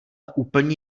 úplně